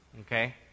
Okay